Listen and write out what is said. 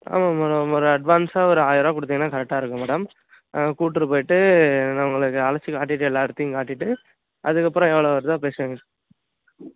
ஆமாம் மேடம் ஒரு அட்வான்ஸை ஒரு ஆயர்ரூவா கொடுத்திங்கனா கரெக்டாக இருக்கும் மேடம் கூப்பிட்ரு போயிவிட்டு நான் உங்களுக்கு அழைச்சி காட்டிவிட்டு எல்லா இடத்தையும் காட்டிவிட்டு அதற்கப்பறம் எவ்வளோ வருதோ பேசுவோமே